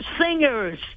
singers